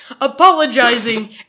apologizing